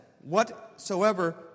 whatsoever